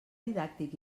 didàctic